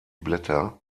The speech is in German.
blätter